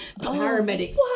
Paramedics